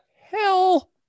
hell